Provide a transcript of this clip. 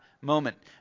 Moment